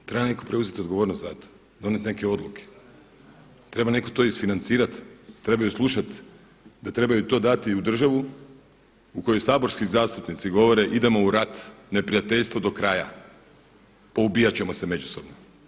Treba netko preuzeti odgovornost za to, donijeti neke odluke, treba netko to isfinancirati, trebaju slušati da trebaju to dati u državu u kojoj saborski zastupnici govore idemo u rat neprijateljstvo do kraja, poubijati ćemo se međusobno.